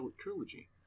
Trilogy